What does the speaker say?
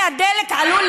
שמלאי הדלק, בקהיר.